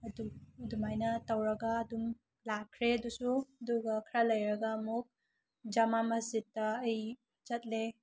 ꯑꯗꯨ ꯑꯗꯨꯃꯥꯏꯅ ꯇꯧꯔꯒ ꯑꯗꯨꯝ ꯂꯥꯛꯈ꯭ꯔꯦ ꯑꯗꯨꯁꯨ ꯑꯗꯨꯒ ꯈꯔ ꯂꯩꯔꯒ ꯑꯃꯨꯛ ꯖꯥꯃꯥ ꯃꯁꯖꯤꯗꯇꯥ ꯑꯩ ꯆꯠꯂꯦ